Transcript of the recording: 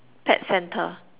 pet centre